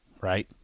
Right